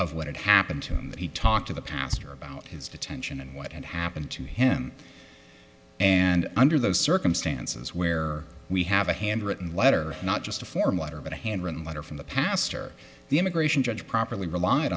of what had happened to him that he talked to the pastor about his detention and what had happened to him and under those circumstances where we have a handwritten letter not just a form letter but a handwritten letter from the pastor the immigration judge properly rel